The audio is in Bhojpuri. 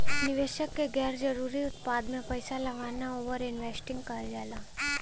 निवेशक क गैर जरुरी उत्पाद में पैसा लगाना ओवर इन्वेस्टिंग कहल जाला